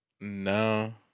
No